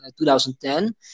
2010